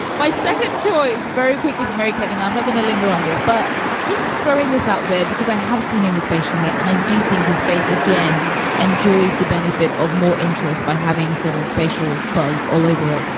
my second choice very quickly, but very kind and i'm not going to linger on this. but just. so this out there, because i have seen it with facial hair. and i do think his face again enjoys the benefit of more interest by having some facial fuzz all over it.